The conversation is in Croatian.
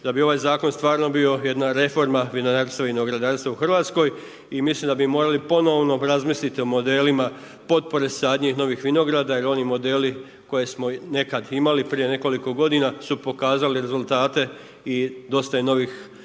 da bi ovaj zakon stvarno bio jedna reforma vinarstva i vinogradarstva u Hrvatskoj i mislim da bi morali ponovno razmisliti o modelima potpore sadnje novih vinograda jer oni modeli koje smo nekad imali prije nekoliko godina su pokazali rezultate i dosta je novih nasada